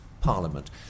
parliament